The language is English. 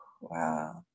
Wow